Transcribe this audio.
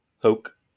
Hoke